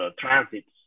transits